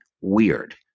weird